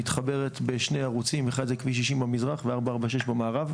היא מתחברת בשני ערוצים אחד זה כביש 60 במזרח ו-446 במערב,